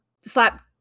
slap